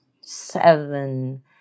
seven